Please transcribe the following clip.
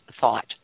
thought